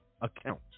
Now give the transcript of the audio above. account